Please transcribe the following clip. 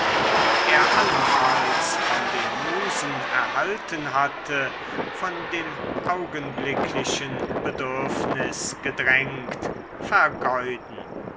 die er allenfalls von den musen erhalten hatte von dem augenblicklichen bedürfnis gedrängt vergeuden